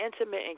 intimate